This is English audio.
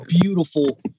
beautiful